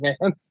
man